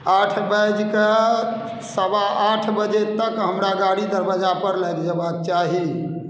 आठ बाजि कऽ सवा आठ बजे तक हमरा गाड़ी दरवाजापर लागि जयबाक चाही